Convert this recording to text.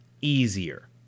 easier